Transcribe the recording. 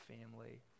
family